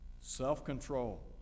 self-control